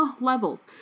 levels